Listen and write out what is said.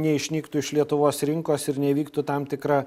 neišnyktų iš lietuvos rinkos ir neįvyktų tam tikra